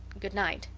good night,